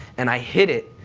and i hit it,